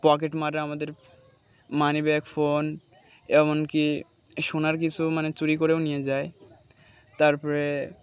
pocket মারে আমাদের moneybag phone এমনকি সোনার কিছু মানে চুরি করেও নিয়ে যায় তারপরে